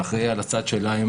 שאחראי על הצד שלהם,